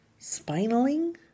Spinaling